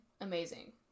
amazing